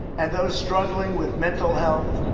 and those struggling with mental health.